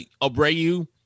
Abreu